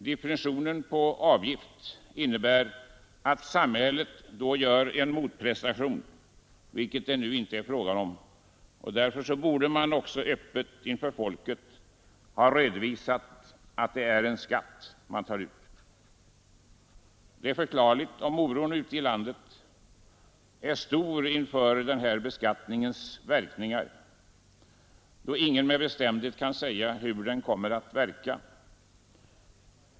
Definitionen på avgift innebär att samhället gör en motprestation, vilket det nu inie är fråga om, och därför borde man också öppet inför folket ha redovisat att det är en skatt man tar ut. Det är förklarligt om oron ute i landet är stor inför denna beskattnings verkningar, då ingen med bestämdhet kan säga hur den kommer att verka.